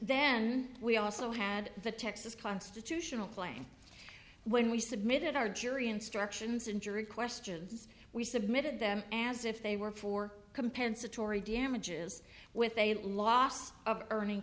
then we also had the texas constitutional claim when we submitted our jury instructions in jury questions we submitted them as if they were for compensatory damages with a loss of earning